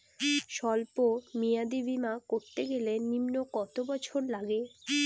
সল্প মেয়াদী বীমা করতে গেলে নিম্ন কত বছর লাগে?